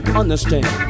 understand